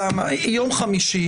יום חמישי,